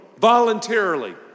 voluntarily